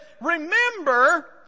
Remember